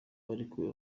barekuwe